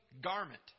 garment